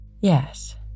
Yes